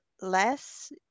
less